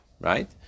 right